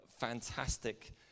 fantastic